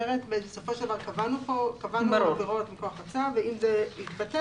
בסופו של דבר קבענו עבירות מכוח הצו ואם זה יתבטל,